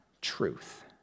truth